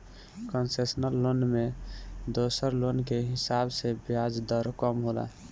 concessional loan में दोसर loan के हिसाब से ब्याज दर कम होला